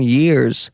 years